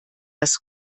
das